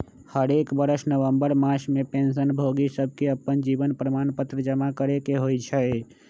हरेक बरस नवंबर मास में पेंशन भोगि सभके अप्पन जीवन प्रमाण पत्र जमा करेके होइ छइ